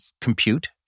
compute